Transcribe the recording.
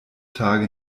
tage